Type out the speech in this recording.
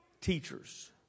teachers